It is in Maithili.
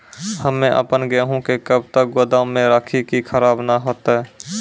हम्मे आपन गेहूँ के कब तक गोदाम मे राखी कि खराब न हते?